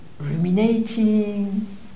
ruminating